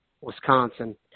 Wisconsin